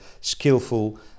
skillful